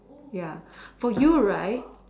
ya for you right